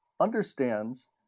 understands